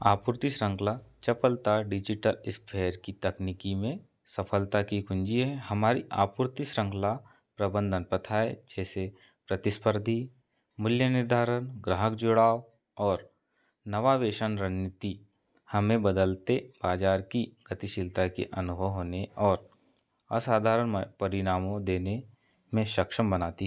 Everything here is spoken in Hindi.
आपूर्ति शृंखला चपलता डिजिटल इस्फेयर की तकनीकी में सफलता की कुंजी है हमारी आपूर्ति श्रंखला प्रबंधन प्रथाएँ जैसे प्रतिस्पर्धी मूल्य निर्धारण ग्राहक जुड़ाव और नवावेषन रणनीति हमें बदलते बाज़ार की गतिशीलता के अनुभव होने और असाधारण परिणामों देने में सक्षम बनाती